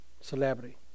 celebrity